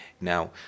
Now